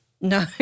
No